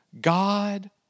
God